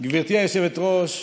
גברתי היושבת-ראש,